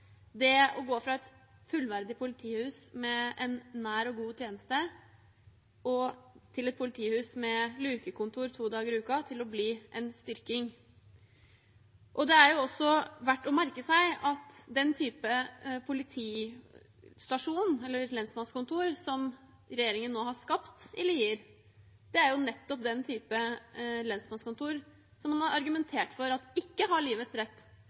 det å gå fra et fullverdig politihus med en nær og god tjeneste til et politihus med lukekontor to dager i uken til å bli en styrking. Det er også verdt å merke seg at den type politistasjon eller lensmannskontor som regjeringen nå har skapt i Lier, er nettopp den type lensmannskontor man har argumentert for at ikke har livets rett,